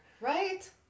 right